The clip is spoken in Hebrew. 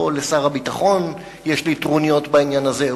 לא לשר הביטחון יש לי טרוניות בעניין הזה,